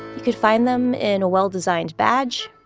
you could find them in a well-designed badge,